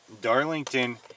Darlington